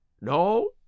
No